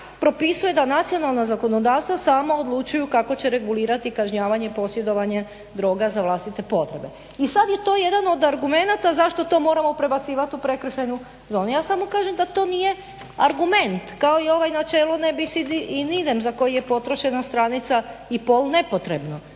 propisuje da nacionalna zakonodavstva sama odlučuju kako će regulirati kažnjavanje posjedovanje droga za vlastite potrebe. I sad je to jednostavno od argumenata zašto to moramo prebacivat u prekršajnu zonu. Ja samo kažem da to nije argument, kao ni ovo načelo ne bis in idem za koji je potrošena stranica i pol nepotrebno